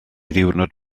ddiwrnod